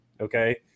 Okay